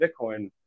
bitcoin